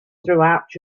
throughout